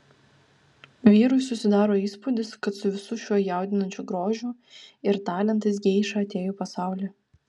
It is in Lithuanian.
vyrui susidaro įspūdis kad su visu šiuo jaudinančiu grožiu ir talentais geiša atėjo į pasaulį